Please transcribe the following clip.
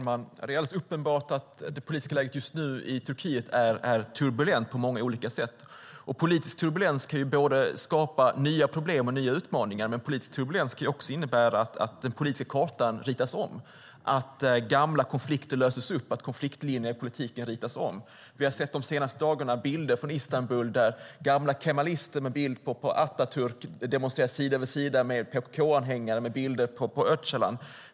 Fru talman! Det är uppenbart att det politiska läget just nu i Turkiet är turbulent på många olika sätt. Politisk turbulens kan skapa både nya problem och nya utmaningar, men politisk turbulens kan också innebära att den politiska kartan ritas om, att gamla konflikter löses upp och att konfliktlinjer i politiken ritas om. Vi har de senaste dagarna sett bilder från Istanbul där gamla kemalister med bild på Atatürk demonstrerar sida vid sida med PKK-anhängare med bilder på Öcalan.